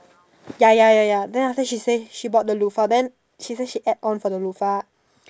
ya ya ya then after that she say bought the loaf then she say she add on the loaf